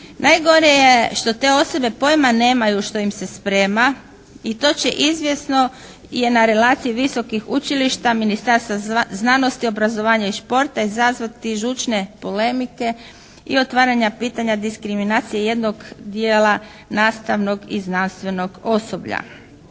Najgore je što te osobe pojma nemaju što im se sprema i to će izvjesno i na relaciji visokih učilišta, Ministarstva znanosti, obrazovanja i športa izazvati žučne polemike i otvaranja pitanja diskriminacije jednog dijela nastavnog i znanstvenog osoblja.